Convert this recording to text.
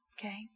Okay